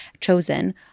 chosen